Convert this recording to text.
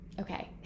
okay